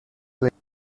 places